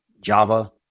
Java